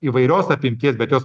įvairios apimties bet jos